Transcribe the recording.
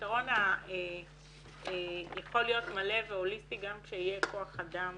הפתרון יכול להיות מלא והוליסטי גם שיהיה כוח אדם